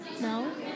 No